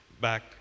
back